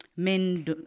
Men